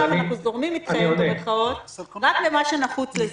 עכשיו אנחנו "זורמים" אתכם רק למה שנחוץ לזה.